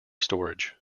storage